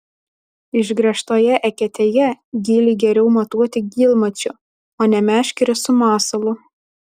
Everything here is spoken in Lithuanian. išgręžtoje eketėje gylį geriau matuoti gylmačiu o ne meškere su masalu